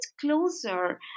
closer